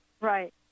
Right